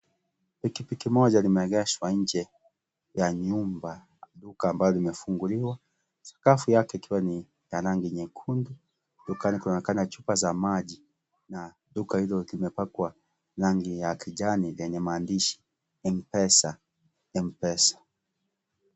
Pikipiki moja limeegeshwa nje ya nyumba, duka ambalo limefunguliwa, sakafu yake ikiwa ni ya rangi nyekundu. Kando kunaonekana chupa za maji, na duka hilo limepakwa rangi ya kijani yenye maandishi Mpesa Mpesa.